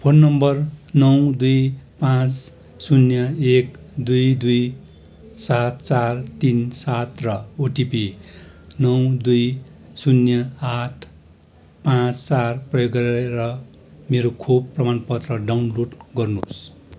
phone number नौ दुई पाँच शून्य एक दुई दुई सात चार तिन सात र ओटिपी नौ दुई शून्य आठ पाँच चार प्रयोग गरेर मेरो खोप प्रमाण पत्र डाउनलोड गर्नुहोस्